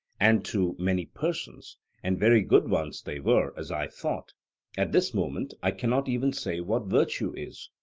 and to many persons and very good ones they were, as i thought at this moment i cannot even say what virtue is.